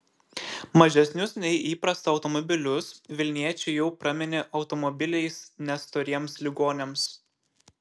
mažesnius nei įprasta automobilius vilniečiai jau praminė automobiliais nestoriems ligoniams